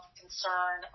concern